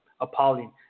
appalling